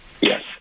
Yes